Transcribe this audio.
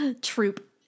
troop